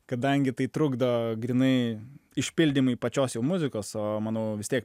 kadangi tai trukdo grynai išpildymui pačios jau muzikos o manau vis tiek